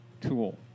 tool